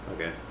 Okay